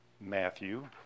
Matthew